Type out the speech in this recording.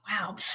Wow